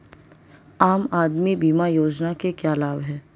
आम आदमी बीमा योजना के क्या लाभ हैं?